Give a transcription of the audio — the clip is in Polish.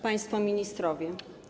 Państwo Ministrowie!